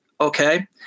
okay